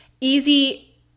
easy